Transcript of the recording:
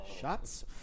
Shots